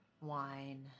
wine